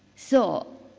so,